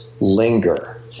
linger